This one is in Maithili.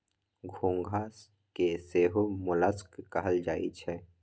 घोंघा के सेहो मोलस्क कहल जाई छै